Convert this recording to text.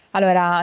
Allora